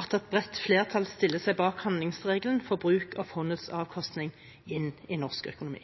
at et bredt flertall stiller seg bak handlingsregelen for bruk av fondets avkastning inn i norsk økonomi.